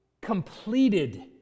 Completed